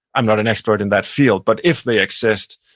i'm not an expert in that field, but if they exist,